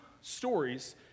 stories